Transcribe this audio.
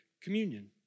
communion